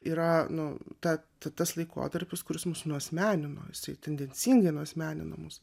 yra nu tad tas laikotarpis kuris mus nuasmenino jisai tendencingai nuasmenino mus